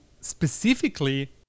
specifically